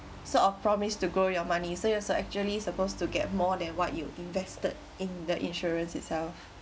sort of promised to grow your money so you're so actually supposed to get more than what you invested in the insurance itself